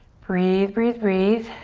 breathe, breathe, breathe.